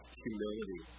humility